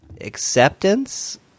acceptance